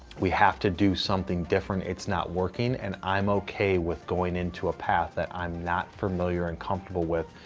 we have to do something different, it's not working, and i'm okay with going into a path that i'm not familiar and comfortable with,